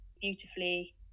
beautifully